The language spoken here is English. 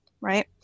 right